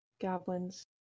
Goblins